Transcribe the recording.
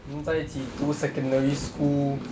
我们在一起读 secondary school